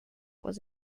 was